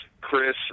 Chris